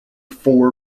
four